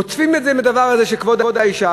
עוטפים את זה בדבר הזה של כבוד האישה,